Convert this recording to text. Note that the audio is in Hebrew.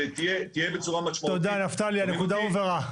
תודה נפתלי, הנקודה הובהרה.